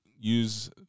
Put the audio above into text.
use